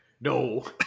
no